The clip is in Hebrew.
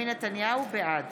בעד